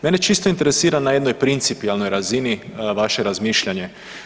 Mene čisto interesira na jednoj principijelnoj razini vaše razmišljanje.